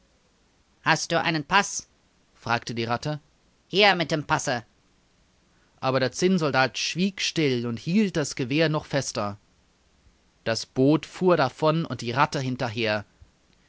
hast du einen paß fragte die ratte her mit dem passe aber der zinnsoldat schwieg still und hielt das gewehr noch fester das boot fuhr davon und die ratte hinterher